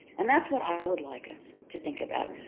and that's what i would like us to think about.